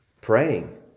praying